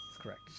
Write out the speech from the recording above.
correct